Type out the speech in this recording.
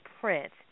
print